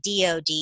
DOD